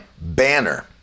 banner